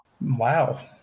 Wow